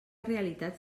realitat